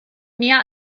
mehr